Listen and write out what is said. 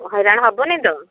ହଇରାଣ ହବନି ତ